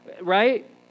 right